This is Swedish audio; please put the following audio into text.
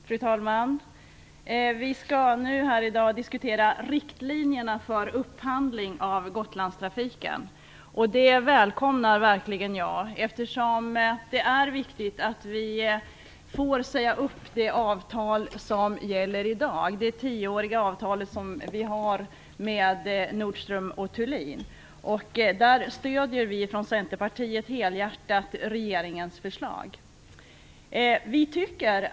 Fru talman! Vi skall nu här i dag diskutera riktlinjerna för upphandling av Gotlandstrafiken, och det välkomnar jag verkligen, eftersom det är viktigt att vi får säga upp det avtal som gäller i dag, det tioåriga avtalet med Nordström & Thulin. Centerpartiet stöder helhjärtat regeringens förslag på den punkten.